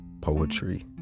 poetry